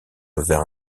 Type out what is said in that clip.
vers